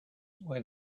why